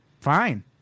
Fine